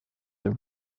are